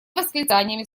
восклицаниями